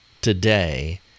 today